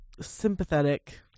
sympathetic